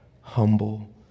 humble